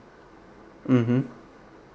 mmhmm